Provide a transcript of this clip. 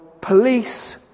police